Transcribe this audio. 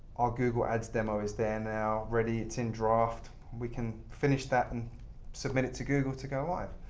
our google ads demo is there now ready. it's in draft. we can finish that and submit it to google to go live.